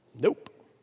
Nope